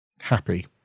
happy